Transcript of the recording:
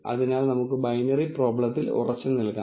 അതിനാൽ നമുക്ക് ബൈനറി പ്രോബ്ലത്തിൽ ഉറച്ചുനിൽക്കാം